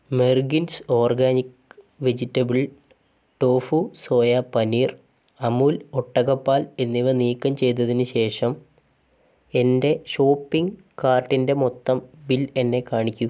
മെർഗിൻസ് organic vegetable tofu soya paneer Amul ഒട്ടകപ്പാൽ എന്നിവ നീക്കം ചെയ്തതിന് ശേഷം എന്റെ ഷോപ്പിംഗ് കാർട്ടിന്റെ മൊത്തം ബിൽ എന്നെ കാണിക്കൂ